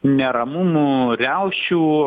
neramumų riaušių